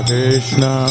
Krishna